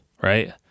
Right